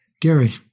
Gary